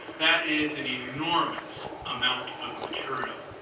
that is an enormous amount of material.